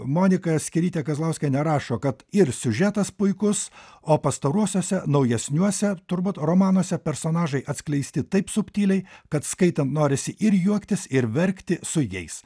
monika skėrytė kazlauskienė rašo kad ir siužetas puikus o pastaruosiuose naujesniuose turbūt romanuose personažai atskleisti taip subtiliai kad skaitant norisi ir juoktis ir verkti su jais